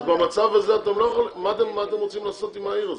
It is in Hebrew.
אז במצב הזה מה אתם רוצים לעשות עם העיר הזאת?